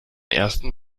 ersten